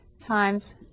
times